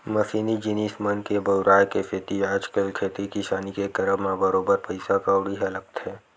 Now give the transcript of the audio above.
मसीनी जिनिस मन के बउराय के सेती आजकल खेती किसानी के करब म बरोबर पइसा कउड़ी ह लगथे